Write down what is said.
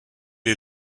est